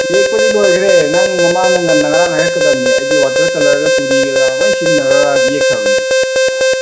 ꯌꯦꯛꯄꯗꯤ ꯂꯣꯏꯈ꯭ꯔꯦ ꯅꯪ ꯃꯃꯥꯡꯗ ꯉꯟꯅ ꯉꯔꯥꯡ ꯍꯥꯏꯔꯛꯀꯗꯕꯅꯦ ꯑꯩꯗꯤ ꯋꯥꯇꯔ ꯀꯂꯔꯒ ꯇꯨꯔꯤ ꯀꯩꯀꯥ ꯂꯣꯏꯅ ꯁꯤꯖꯤꯟꯅꯔꯒ ꯌꯦꯛꯈ꯭ꯔꯕꯅꯦ